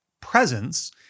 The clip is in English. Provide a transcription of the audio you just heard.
presence